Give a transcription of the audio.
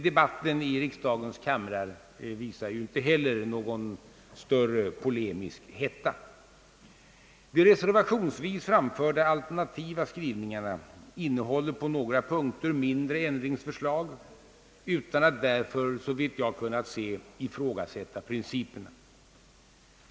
Debatten i riksdagens kamrar visar ju inte heller någon större polemisk hetta. De reservationsvis framförda skrivningarna innehåller på några punkter mindre ändringsförslag utan att därför, såvitt jag kunnat se, ifrågasätta principerna.